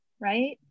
right